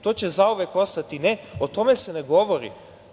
To će zauvek ostati, o tome se ne govori.